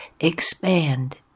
expand